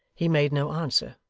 he made no answer,